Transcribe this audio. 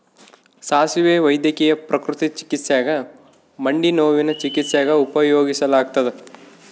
ಸಾಸುವೆ ವೈದ್ಯಕೀಯ ಪ್ರಕೃತಿ ಚಿಕಿತ್ಸ್ಯಾಗ ಮಂಡಿನೋವಿನ ಚಿಕಿತ್ಸ್ಯಾಗ ಉಪಯೋಗಿಸಲಾಗತ್ತದ